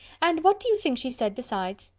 and what do you think she said besides?